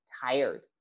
tired